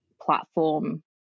platform